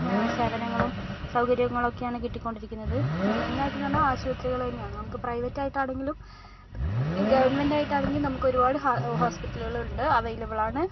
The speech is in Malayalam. സേവനങ്ങളും സൗകര്യങ്ങളും ഒക്കെയാണ് കിട്ടിക്കൊണ്ടിരിക്കുന്നത് മെയിൻ ആയിട്ടെന്ന് പറഞ്ഞാൽ ആശുപത്രികൾ തന്നെയാണ് നമുക്ക് പ്രൈവറ്റ് ആയിട്ട് ആണെങ്കിലും ഗവൺമെൻറ് ആയിട്ടാണെങ്കിൽ നമുക്ക് ഒരുപാട് ഹാ ഹോസ്പിറ്റലുകൾ ഉണ്ട് അവൈലബിൾ ആണ്